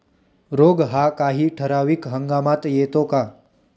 रोग हा काही ठराविक हंगामात येतो का?